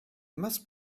must